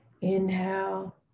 Inhale